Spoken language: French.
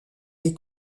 des